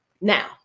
now